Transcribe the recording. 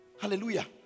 hallelujah